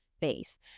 base